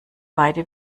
beide